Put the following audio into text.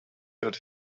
out